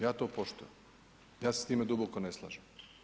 Ja to poštujem, ja se s time duboko ne slažem.